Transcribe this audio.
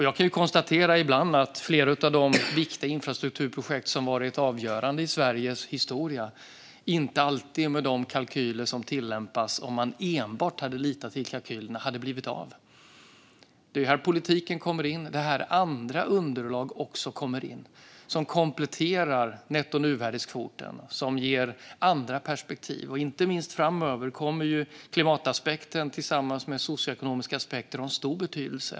Jag kan konstatera att flera av de infrastrukturprojekt som varit avgörande i Sveriges historia inte, med de kalkyler som tillämpas, hade blivit av om man enbart hade litat till kalkylerna. Det är här politiken kommer in, liksom andra underlag, som kompletterar nettonuvärdeskvoten och ger andra perspektiv. Framöver kommer inte minst klimataspekten tillsammans med socioekonomiska aspekter att ha stor betydelse.